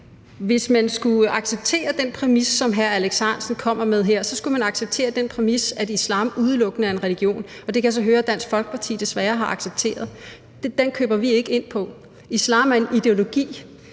Hvis man skulle acceptere den præmis, som hr. Alex Ahrendtsen kommer med her, så skulle man acceptere den præmis, at islam udelukkende er en religion, og det kan jeg så høre at Dansk Folkeparti desværre har accepteret. Den køber vi ikke. Islam er en ideologi,